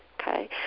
okay